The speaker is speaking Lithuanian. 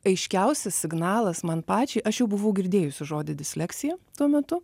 aiškiausias signalas man pačiai aš jau buvau girdėjusi žodį disleksija tuo metu